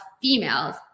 females